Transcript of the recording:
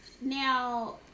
now